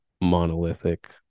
monolithic